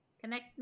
Connect